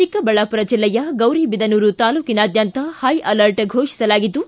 ಚಿಕ್ಕಬಳ್ಳಾಮರ ಜಿಲ್ಲೆಯ ಗೌರಿಬಿದನೂರು ತಾಲೂಕಿನಾದ್ಯಂತ high alert ಘೋಷಿಸಲಾಗಿದ್ದು